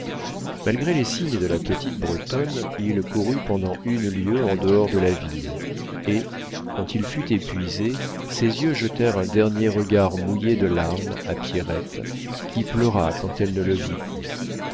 malgré les signes de la petite bretonne il courut pendant une lieue en dehors de la ville et quand il fut épuisé ses yeux jetèrent un dernier regard mouillé de larmes à pierrette qui pleura quand elle ne le vit plus